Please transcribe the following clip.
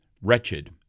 wretched